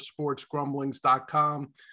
SportsGrumblings.com